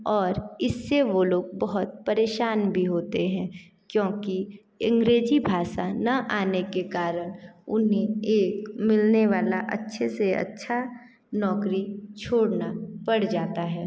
और इससे वह लोग बहुत परेशान भी होते हैं क्योंकि अंग्रेजी भाषा न आने के कारण उन्हें एक मिलने वाला अच्छे से अच्छा नौकरी छोड़ना पड़ जाता है